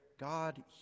God